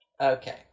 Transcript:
Okay